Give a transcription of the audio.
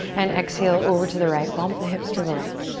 and exhale over to the right. bump the hips to the left.